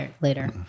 later